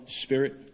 spirit